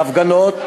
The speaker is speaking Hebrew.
בהפגנות,